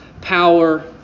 power